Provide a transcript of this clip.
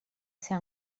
ser